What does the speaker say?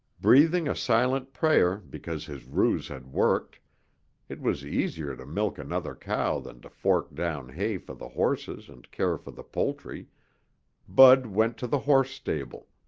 breathing a silent prayer because his ruse had worked it was easier to milk another cow than to fork down hay for the horses and care for the poultry bud went to the horse stable.